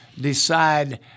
decide